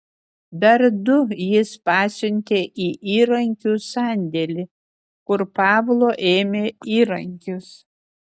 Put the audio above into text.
dar du jis pasiuntė į įrankių sandėlį kur pavlo ėmė įrankius